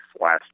last